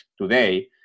today